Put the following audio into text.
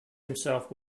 himself